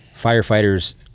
firefighters